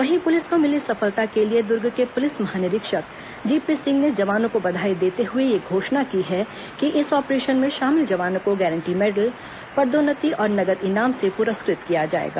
वहीं पुलिस को मिली इस सफलता के लिए दुर्ग के पुलिस महानिरीक्षक जीपी सिंह ने जवानों को बधाई देते हुए यह घोषणा की है कि इस ऑपरेशन में शामिल जवानों को गारंटी मेडल पदोन्नति और नगद ईनाम से पुरस्कृत किया जाएगा